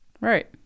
right